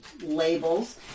labels